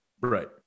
right